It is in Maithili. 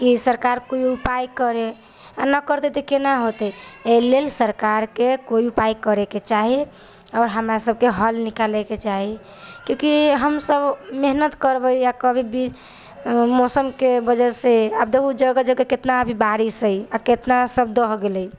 कि सरकार कोइ उपाय करै आओर नहि करतै तऽ केना हेतै एहि लेल सरकारके कोइ उपाय करैके चाही आओर हमरा सभके हल निकालैके चाही किएक कि हम सभ मेहनत करबै आओर कभी भी मौसमके वजहसँ आब देखु जगह जगह कितना अभी बारिश हइ आओर कितना सभ दहि गेलै